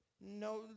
no